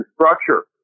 structure